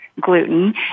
gluten